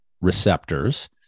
receptors